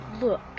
look